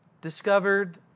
discovered